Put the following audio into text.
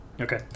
Okay